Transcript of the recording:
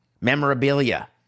memorabilia